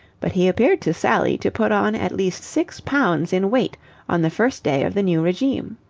but he appeared to sally to put on at least six pounds in weight on the first day of the new regime.